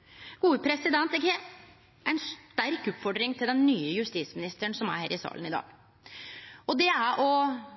Eg har ei sterk oppfordring til den nye justisministeren, som er her i salen i dag, og det er at